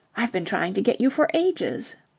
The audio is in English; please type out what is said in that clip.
i've been trying to get you for ages.